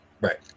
Right